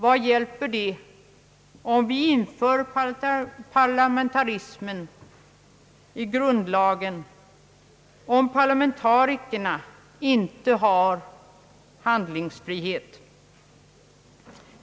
Vad hjälper det att vi inför parlamentarismen i grundlagen om parlamentarikerna inte har handlingsfrihet?